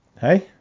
hey